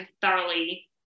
thoroughly